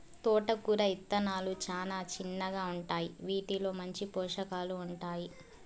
తోటకూర ఇత్తనాలు చానా చిన్నగా ఉంటాయి, వీటిలో మంచి పోషకాలు ఉంటాయి